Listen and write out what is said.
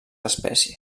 espècie